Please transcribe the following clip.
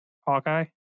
Hawkeye